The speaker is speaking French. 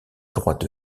droite